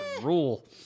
rule